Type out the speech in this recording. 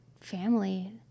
family